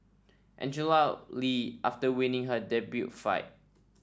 Angela Lee after winning her debut fight